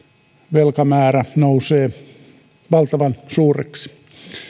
velkamäärä nousee valtavan suureksi